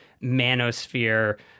manosphere